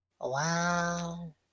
WoW